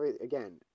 Again